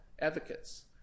advocates